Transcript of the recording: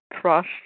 trust